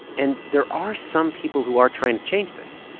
and there are some people who are trying to change this.